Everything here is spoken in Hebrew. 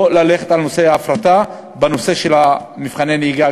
לא ללכת על נושא ההפרטה גם בנושא של מבחני נהיגה